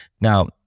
Now